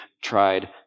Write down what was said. tried